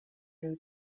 new